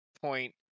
point